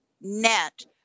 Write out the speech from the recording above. net